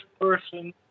person